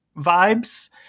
vibes